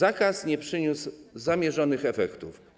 Zakaz nie przyniósł zamierzonych efektów.